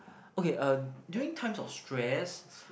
okay uh during times of stress